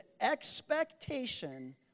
expectation